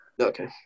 Okay